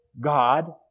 God